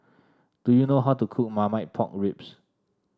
do you know how to cook Marmite Pork Ribs